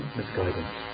misguidance